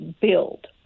build